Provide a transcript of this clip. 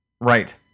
Right